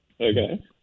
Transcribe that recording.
Okay